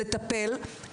לטפל,